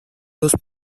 los